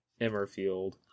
Emmerfield